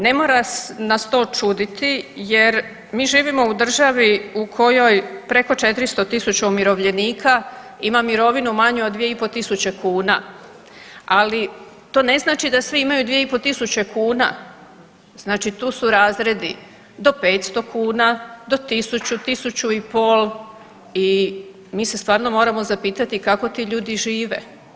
Ne mora nas to čuditi jer mi živimo u državi u kojoj preko 400.000 umirovljenika ima mirovinu manju od 2.500 kuna, ali tone znači da svi imaju 2.500 kuna znači tu su razredi do 500 kuna, do 1.000, 1.500 i mi se stvarno moramo zapitati kako ti ljudi žive.